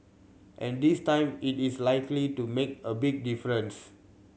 and this time it is likely to make a big difference